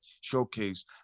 showcase